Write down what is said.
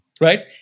right